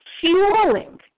fueling